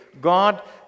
God